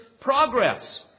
progress